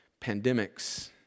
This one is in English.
pandemics